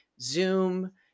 Zoom